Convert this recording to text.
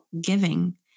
giving